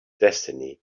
destiny